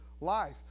life